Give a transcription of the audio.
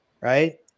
right